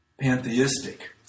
pantheistic